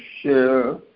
share